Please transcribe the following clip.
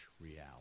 reality